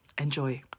Enjoy